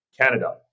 Canada